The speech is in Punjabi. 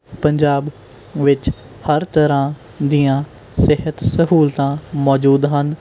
ਪੰਜਾਬ ਵਿੱਚ ਹਰ ਤਰ੍ਹਾਂ ਦੀਆਂ ਸਿਹਤ ਸਹੂਲਤਾਂ ਮੌਜੂਦ ਹਨ